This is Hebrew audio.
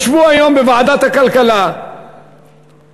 ישב היום בוועדת הכלכלה מנכ"ל